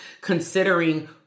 Considering